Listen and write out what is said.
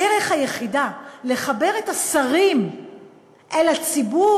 הדרך היחידה לחבר את השרים לציבור,